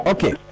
Okay